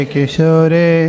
Kishore